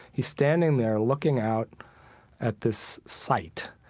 he's standing there looking out at this sight.